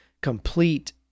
complete